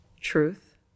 truth